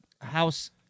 House